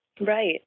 Right